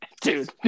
dude